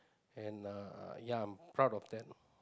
and uh ya I'm proud of that